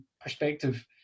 perspective